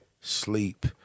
sleep